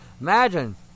Imagine